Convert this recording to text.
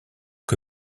que